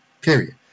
period